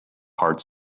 part